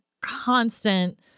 constant